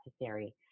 necessary